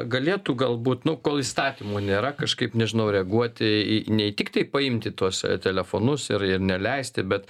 galėtų galbūt nu kol įstatymo nėra kažkaip nežinau reaguoti į ne tiktai paimti tuos telefonus ir ir neleisti bet